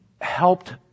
helped